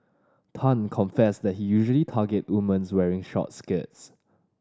Tan confessed that he usually targets woman wearing short skirts